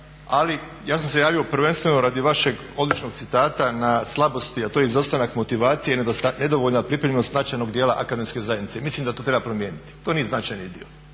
Ali ja sam se javio prvenstveno radi vašeg odličnog citata na slabosti, a to je izostanak motivacije i nedovoljna pripremljenost značajnog dijela akademske zajednice. Mislim da to treba promijeniti. To nije značajni dio,